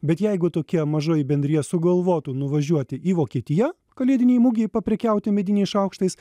bet jeigu tokia mažoji bendrija sugalvotų nuvažiuoti į vokietiją kalėdinėj mugėj paprekiauti mediniais šaukštais